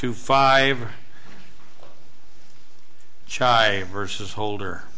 two five chai versus holder